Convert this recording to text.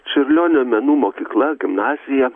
čiurlionio menų mokykla gimnazija